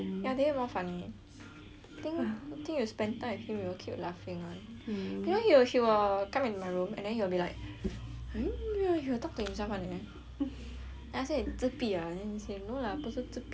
I think I think you spend time with him you will keep laughing [one] you know he will he will come in my room and then he will be like he will talk to yourself [one] leh then I say 你自闭 ah then he say no lah 不是自闭 lah then